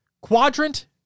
Quadrant